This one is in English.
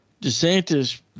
DeSantis